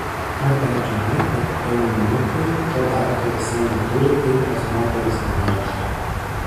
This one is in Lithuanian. ar bent žinai kad eunuchai to daikto visai neturi ir pas moteris nevaikšto